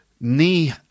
knee